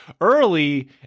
early